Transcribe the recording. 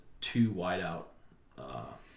two-wide-out